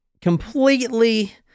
Completely